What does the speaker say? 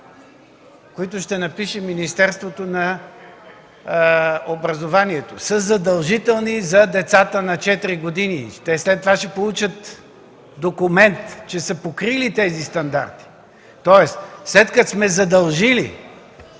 които ще напише Министерството на образованието, са задължителни за децата на 4 години, те след това ще получат документ, че са покрили тези стандарти. Тоест, след като сме задължили